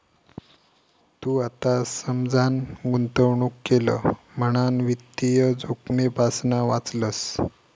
तू आता समजान गुंतवणूक केलं म्हणान वित्तीय जोखमेपासना वाचलंस